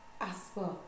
Asper